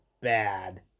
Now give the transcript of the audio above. bad